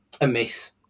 amiss